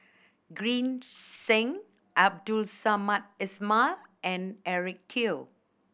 Green Zeng Abdul Samad Ismail and Eric Teo